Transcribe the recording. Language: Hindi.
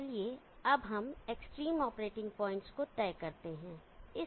तो चलिए अब हम एक्सट्रीम ऑपरेटिंग पॉइंट्स को तय करते हैं